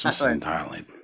entirely